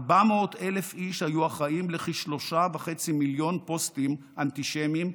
400,000 איש היו אחראים לכ-3.5 מיליון פוסטים אנטישמיים,